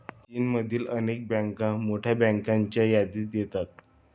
चीनमधील अनेक बँका मोठ्या बँकांच्या यादीत येतात